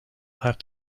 have